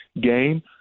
game